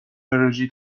انرژی